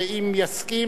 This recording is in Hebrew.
ואם יסכים,